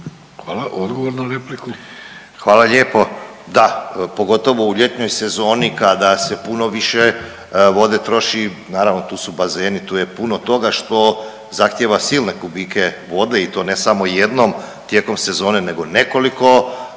**Ivanović, Goran (HDZ)** Hvala lijepo. Da, pogotovo u ljetnoj sezoni kada se puno više vode troši, naravno tu su bazeni tu je puno toga što zahtijeva silne kubike vode i to ne samo jednom tijekom sezone nego nekoliko puta